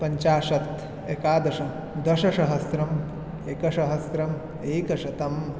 पञ्चाशत् एकादश दशसहस्रम् एकसहस्रम् एकशतम्